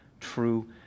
true